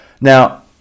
Now